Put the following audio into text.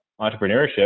entrepreneurship